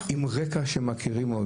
עם רקע שמכירים.